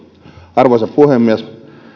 arvoisa puhemies